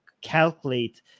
calculate